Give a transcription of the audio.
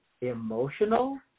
emotional